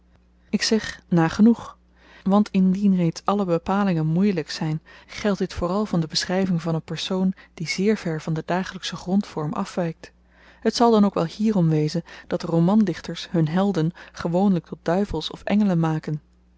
ik zeg nagenoeg want indien reeds alle bepalingen moeyelyk zyn geldt dit vooral van de beschryving van een persoon die zeer ver van den dagelykschen grondvorm afwykt het zal dan ook wel hierom wezen dat romandichters hun helden gewoonlyk tot duivels of engelen maken